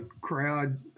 crowd